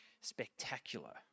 spectacular